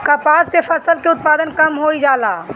कपास के फसल के उत्पादन कम होइ जाला?